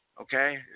okay